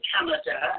Canada